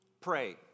pray